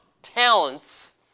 talents